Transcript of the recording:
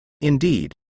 Indeed